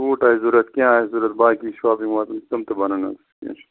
suit آسہِ ضوٚرت کیٚنٛہہ آسہِ ضوٚرت باقی شاپِنٛگ واپِنٛگ تم تہِ بنن حظ کیٚنٛہہ چھُنہٕ